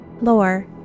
lore